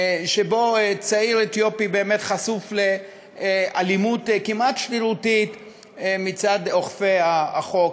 שבו צעיר אתיופי חשוף לאלימות כמעט שרירותית מצד אוכפי החוק.